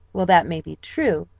well, that may be true,